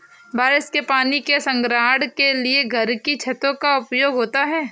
बारिश के पानी के संग्रहण के लिए घर की छतों का उपयोग होता है